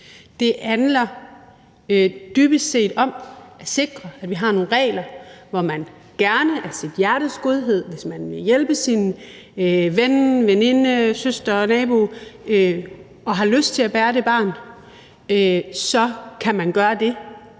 Det handler dybest set om at sikre, at vi har nogle regler, hvor man gerne af sit hjertes godhed, hvis man vil hjælpe sin ven, veninde, søster, nabo og har lyst til at bære det barn, så kan gøre det,